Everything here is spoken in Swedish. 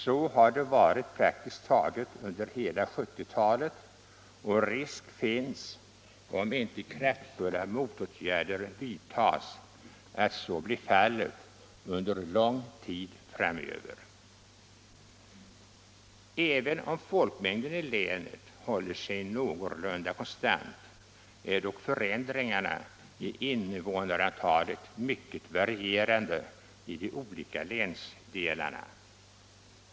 Så har det varit praktiskt taget under hela 1970-talet, och risk finns —- om inte kraftfulla motåtgärder vidtas — att så blir fallet under lång tid framöver. Även om folkmängden i länet håller sig någorlunda konstant är dock förändringarna i invånarantalet mycket varierande i de olika länsdelarna.